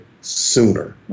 sooner